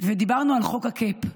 ודיברנו על חוק ה-cap,